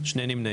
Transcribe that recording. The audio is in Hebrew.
הצבעה בעד